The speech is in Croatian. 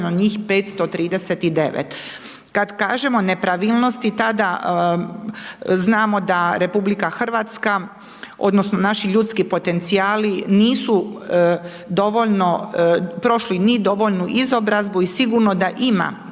kad kažemo nepravilnosti, tada znamo da RH odnosno naši ljudski potencijali nisu dovoljno prošli ni dovoljnu izobrazbu i sigurno da ima